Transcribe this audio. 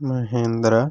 Mahindra